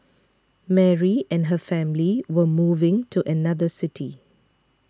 Mary and her family were moving to another city